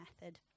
method